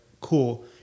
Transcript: cool